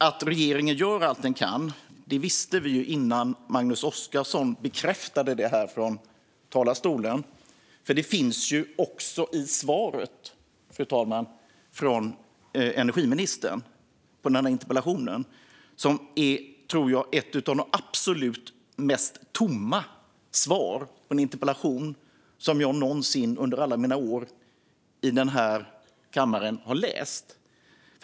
Att regeringen gör allt den kan visste vi innan Magnus Oscarsson bekräftade det i talarstolen, för det finns också i energiministerns svar på denna interpellation. Jag tror att detta är ett av de absolut mest tomma svar på en interpellation som jag någonsin, under alla mina år i denna kammare, har läst.